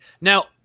Now